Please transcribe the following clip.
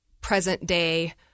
present-day